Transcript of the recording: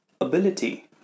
ability